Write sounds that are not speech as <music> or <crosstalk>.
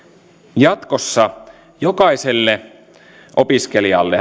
jatkossa jokaiselle opiskelijalle <unintelligible>